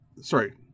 Sorry